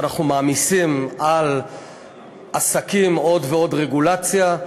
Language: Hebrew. אנחנו מעמיסים על עסקים עוד ועוד רגולציה.